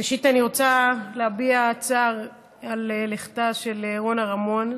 ראשית אני רוצה להביע צער על לכתה של רונה רמון,